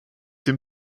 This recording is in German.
dem